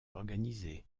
organisés